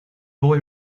boy